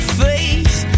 face